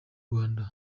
rwanda